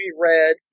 red